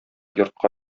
йортка